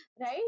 right